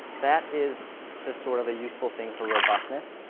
that is just sort of a useful thing for robustness.